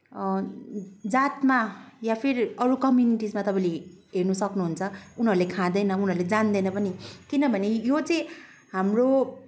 जातमा या फिर अरू क्म्युनिटिसमा तपाईँले हेर्न सक्नुहुन्छ उनीहरूले खाँदैनन् उनीहरूले जान्दैनन् पनि किनभने यो चाहिँ हाम्रो